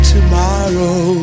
Tomorrow